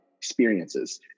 experiences